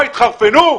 מה, התחרפנו?